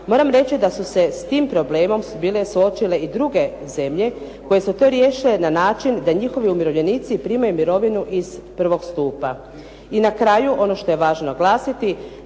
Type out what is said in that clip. Moram reći da su se s tim problemom bile suočile i druge zemlje koje su to riješile na način da njihovi umirovljenici primaju mirovinu iz 1. stupa. I na kraju, ono što je važno naglasiti,